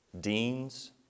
deans